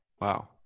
Wow